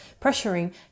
pressuring